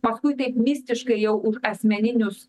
paskui taip mistiškai jau už asmeninius